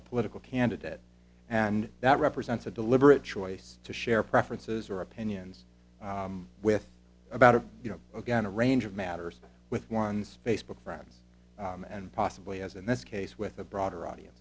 a political candidate and that represents a deliberate choice to share preferences or opinions with about a you know again a range of matters with one's facebook friends and possibly as in this case with a broader audience